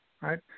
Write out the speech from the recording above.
right